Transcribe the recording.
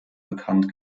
bekannt